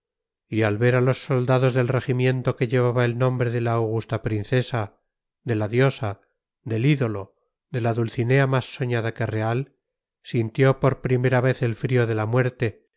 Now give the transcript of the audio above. y al ver a los soldados del regimiento que llevaba el nombre de la augusta princesa de la diosa del ídolo de la dulcinea más soñada que real sintió por primera vez el frío de la muerte